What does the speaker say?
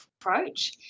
approach